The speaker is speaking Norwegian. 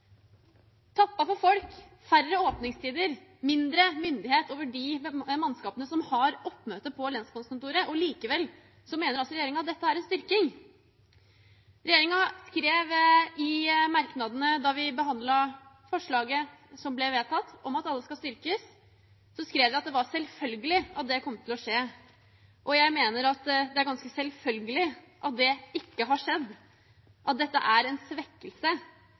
for folk, reduserte åpningstider, mindre myndighet over de mannskapene som har oppmøte på lensmannskontoret – likevel mener altså regjeringen at dette er en styrking. Regjeringspartiene skrev i merknadene da vi behandlet forslaget som ble vedtatt, om at alle lensmannskontorene skal styrkes, at det var selvfølgelig at det kom til å skje. Jeg mener det er ganske selvfølgelig at det ikke har skjedd, at dette er en svekkelse,